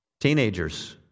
Teenagers